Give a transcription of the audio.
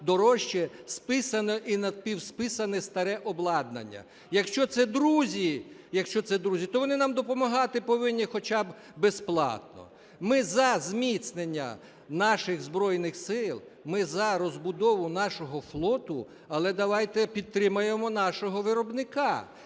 дорожче, списане і напівсписане старе обладнання. Якщо це друзі, то вони нам допомагати повинні хоча б безплатно. Ми – за зміцнення наших Збройних Сил, ми – за розбудову нашого флоту, але давайте підтримаємо нашого виробника.